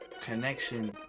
connection